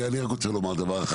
אני רק רוצה לומר דבר אחד,